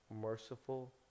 merciful